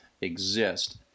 exist